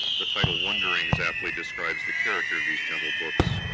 the title wonderings aptly describes the character of these gentle books,